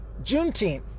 Juneteenth